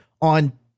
on